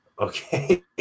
Okay